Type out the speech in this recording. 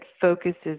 focuses